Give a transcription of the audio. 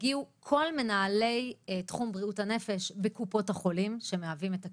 הגיעו כל מנהלי תחום בריאות הנפש בקופות החולים שמהווים את הקהילה.